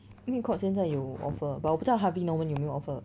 因为 Courts 现在又 offer but 我不知道 Harvey Norman 有没有 offer